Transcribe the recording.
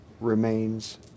remains